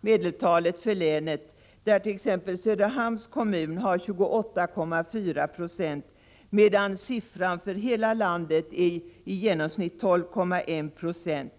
Medeltalet för hela länet är 23,1 96. I Söderhamns kommun sysselsätts 28,4 90 av ungdomarna i denna ålder i ungdomslag, medan siffran för hela landet i medeltal är 12,1 96.